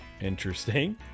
Interesting